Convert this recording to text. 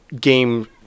game